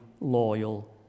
loyal